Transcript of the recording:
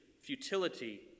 futility